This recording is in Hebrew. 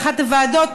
באחת הוועדות,